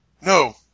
No